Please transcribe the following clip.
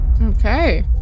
Okay